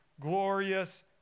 glorious